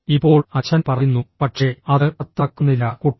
ഇപ്പോൾ അച്ഛൻ പറയുന്നു പക്ഷേ അത് 10 ആക്കുന്നില്ല കുട്ടാ